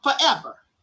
forever